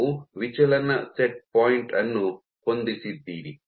ನೀವು ವಿಚಲನ set point ಅನ್ನು ಹೊಂದಿಸಿದ್ದೀರಿ